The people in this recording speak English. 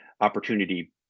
opportunity